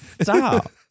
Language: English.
Stop